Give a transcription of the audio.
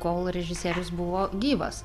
kol režisierius buvo gyvas